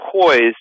poised